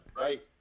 Right